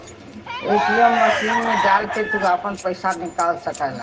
ATM machine मे डाल के तू आपन पइसा निकाल सकला